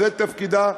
זה תפקידה,